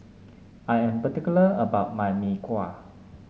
I am particular about my Mee Kuah